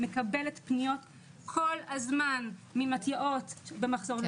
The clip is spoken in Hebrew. מקבלת פניות כל הזמן ממתי"אות שבמחסור במטפלים,